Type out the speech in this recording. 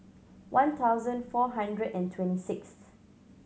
one thousand four hundred and twenty sixth